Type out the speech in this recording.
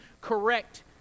correct